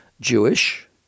Jewish